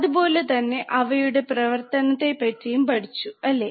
അതുപോലെ തന്നെ അവയുടെ പ്രവർത്തനത്തെപ്പറ്റിയും പഠിച്ചു അല്ലേ